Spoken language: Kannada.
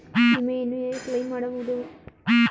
ವಿಮೆಯನ್ನು ಹೇಗೆ ಕ್ಲೈಮ್ ಮಾಡುವುದು?